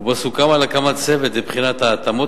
ובו סוכם על הקמת צוות לבחינת ההתאמות